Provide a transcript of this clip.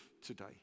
today